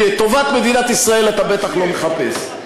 כי את טובת המדינה אתה בטח לא מחפש.